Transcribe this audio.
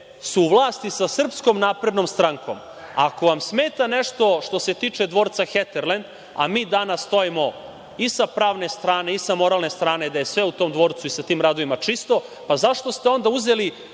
su u vlasti sa SNS. Ako vam smeta nešto što se tiče Dvorca Heterlend, a mi danas stojimo i sa pravne strane i sa moralne strane da je sve u tom dvorcu i sa tim radovima čisto, pa zašto ste onda uzeli